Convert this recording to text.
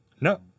No